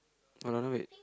another red